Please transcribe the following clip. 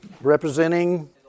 representing